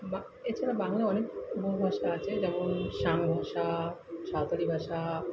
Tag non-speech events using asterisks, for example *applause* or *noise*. *unintelligible* এছাড়া বাংলা অনেক উপভাষা আছে যেমন *unintelligible* সাঁওতালি ভাষা